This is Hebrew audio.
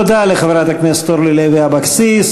תודה לחברת הכנסת אורלי לוי אבקסיס.